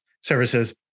services